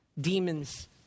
demons